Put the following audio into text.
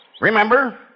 Remember